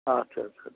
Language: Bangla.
আচ্ছা আচ্ছা আচ্ছা